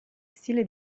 stile